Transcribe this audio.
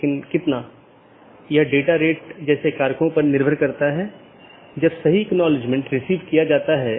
AS के भीतर इसे स्थानीय IGP मार्गों का विज्ञापन करना होता है क्योंकि AS के भीतर यह प्रमुख काम है